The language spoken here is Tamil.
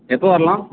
எப்போ வரலாம்